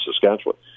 Saskatchewan